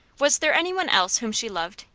was there any one else whom she loved?